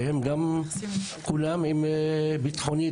עם סוגיות ביטחוניות,